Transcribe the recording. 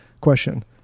question